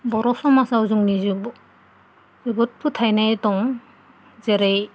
बर' समाजाव जोंनि जोबोद फोथायनाय दं जेरै